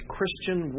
Christian